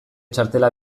txartela